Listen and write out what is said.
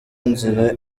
inzira